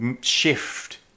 shift